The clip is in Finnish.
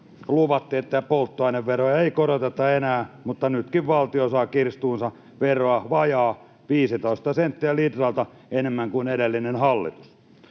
luvattiin, että polttoaineveroja ei koroteta enää, mutta nytkin valtio saa kirstuunsa veroa vajaa 15 senttiä litralta enemmän kuin edellisen hallituksen